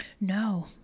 no